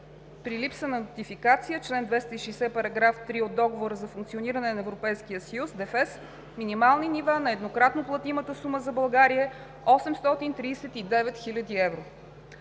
При липса на нотификация чл. 260, § 3 от Договора за функциониране на Европейския съюз (ДФЕС) – минимални нива на еднократно платимата сума за България е 839 хил. евро.